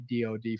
dod